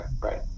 right